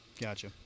gotcha